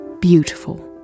beautiful